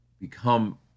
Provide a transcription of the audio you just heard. become